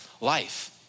life